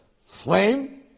flame